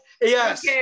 Yes